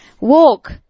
Walk